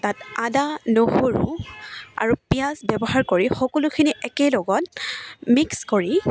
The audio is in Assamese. তাত আদা নহৰু আৰু পিঁয়াজ ব্যৱহাৰ কৰি সকলোখিনি একেলগত মিক্স কৰি